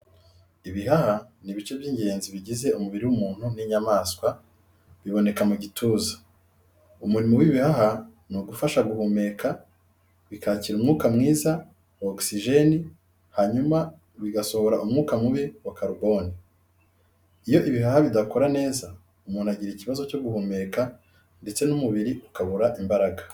Ibihaha ni ibice by’ingenzi bigize umubiri w’umuntu n’inyamaswa, biboneka mu gituza. Umurimo w’ibihaha ni ugufasha guhumeka, bikakira umwuka mwiza wa ogisijeni hanyuma bigasohora umwuka mubi wa karuboni. Iyo ibihaha bidakora neza, umuntu agira ikibazo cyo guhumeka ndetse n’umubiri ukabura imbaraga.